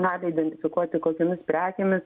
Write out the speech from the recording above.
gali identifikuoti kokiomis prekėmis